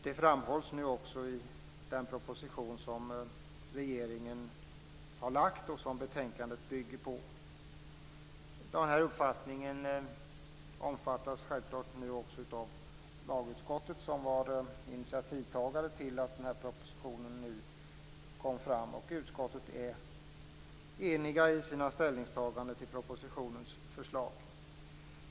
Det framhålls nu också av regeringen i den proposition som betänkandet bygger på. Den uppfattningen omfattas självfallet också av lagutskottet. Utskottet är enigt i sina ställningstaganden till propositionens förslag.